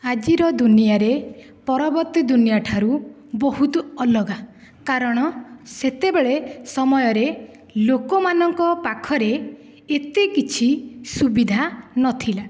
ଆଜିର ଦୁନିଆରେ ପରବର୍ତ୍ତୀ ଦୁନିଆ ଠାରୁ ବହୁତ ଅଲଗା କାରଣ ସେତେବେଳେ ସମୟରେ ଲୋକମାନଙ୍କ ପାଖରେ ଏତେ କିଛି ସୁବିଧା ନଥିଲା